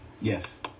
yes